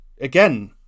Again